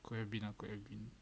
could have been a query